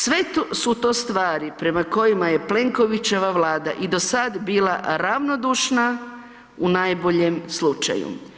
Sve su to stvari prema kojima je Plenkovićeva vlada i do sad bila ravnodušna u najboljem slučaju.